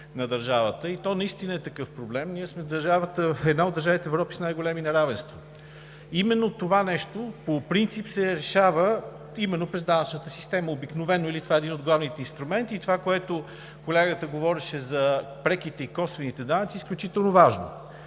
на държавата, и то наистина е такъв проблем. Ние сме една от държавите в Европа с най-големи неравенства. Това нещо по принцип се решава именно през данъчната система – обикновено, или това е един от главните инструменти. Онова, което колегата говореше за преките и косвените данъци, е изключително важно.